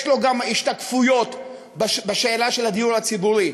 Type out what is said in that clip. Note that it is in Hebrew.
יש לו גם השתקפויות בשאלה של הדיור הציבורי.